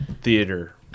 theater